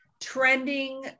trending